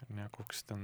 ar ne koks ten